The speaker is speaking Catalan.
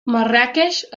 marràqueix